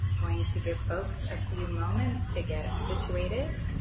going to give folks a few moments to get situated.